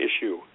issue